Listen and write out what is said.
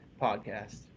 Podcast